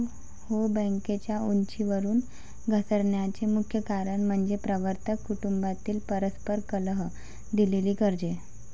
हो, बँकेच्या उंचीवरून घसरण्याचे मुख्य कारण म्हणजे प्रवर्तक कुटुंबातील परस्पर कलह, दिलेली कर्जे